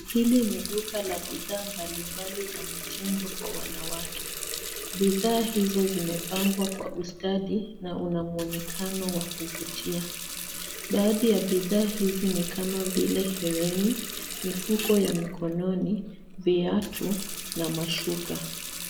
Hili ni duka la bidhaa mbali mbali za mitindo kwa wanawake. Bidhaa hizo zimepangwa kwa ustadhi na unamwonekano wa kuvutia. Baadhi ya bidhaa hizi ni kama vile hereni, mifuko ya mikononi, viatu na mashuka.